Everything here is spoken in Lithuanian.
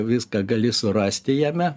viską gali surasti jame